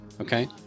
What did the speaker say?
okay